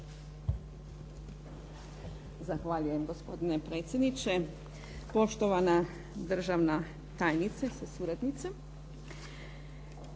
Zahvaljujem gospodine predsjedniče, poštovana državna tajnice sa suradnicom.